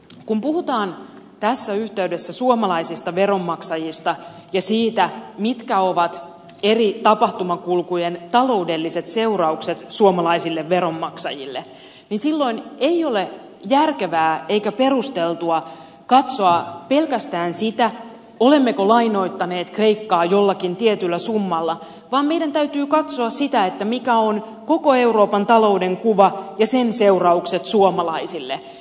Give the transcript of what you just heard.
kun puhutaan tässä yhteydessä suomalaisista veronmaksajista ja siitä mitkä ovat eri tapahtumakulkujen taloudelliset seuraukset suomalaisille veronmaksajille niin silloin ei ole järkevää eikä perusteltua katsoa pelkästään sitä olemmeko lainoittaneet kreikkaa jollakin tietyllä summalla vaan meidän täytyy katsoa sitä mikä on koko euroopan talouden kuva ja sen seuraukset suomalaisille